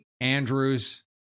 Andrews